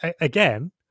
again